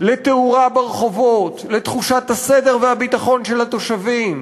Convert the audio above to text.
לתאורה ברחובות, לתחושת הסדר והביטחון של התושבים,